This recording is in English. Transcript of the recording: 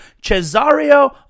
Cesario